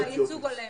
ייצוג הולם.